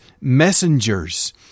messengers